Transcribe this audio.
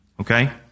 Okay